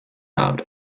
out